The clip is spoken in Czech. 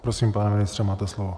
Prosím, pane ministře, máte slovo.